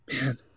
Man